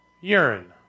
Urine